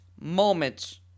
moments